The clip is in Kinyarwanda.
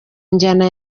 njyana